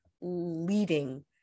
leading